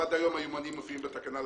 עד היום היומנים מופיעים בתקנה,